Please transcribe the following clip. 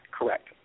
Correct